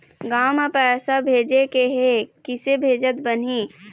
गांव म पैसे भेजेके हे, किसे भेजत बनाहि?